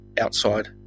outside